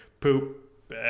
poop